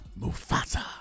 mufasa